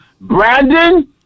Brandon